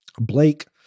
Blake